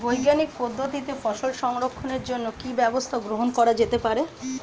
বৈজ্ঞানিক পদ্ধতিতে ফসল সংরক্ষণের জন্য কি ব্যবস্থা গ্রহণ করা যেতে পারে?